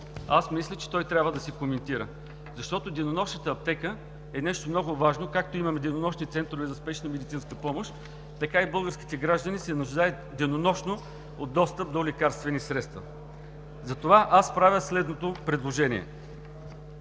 Аз мисля, че той трябва да се коментира, защото денонощната аптека е нещо много важно. Както имаме денонощни центрове за спешна медицинска помощ, така българските граждани се нуждаят денонощно от достъп до лекарствени средства. Затова правя следното предложение